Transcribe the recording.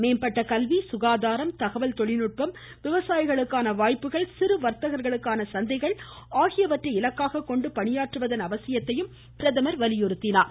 மேம்பட்ட கல்வி சுகாதாரம் தகவல் தொழில்நுட்பம் விவசாயிகளுக்கான வாய்ப்புகள் வர்த்தகர்களுக்கான சந்தைகள் சிறு ஆகியவற்றை இலக்காக கொண்டு பணியாற்றுவதன் அவசியத்தை அவர் வலியுறுத்தினார்